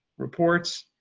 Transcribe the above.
reports.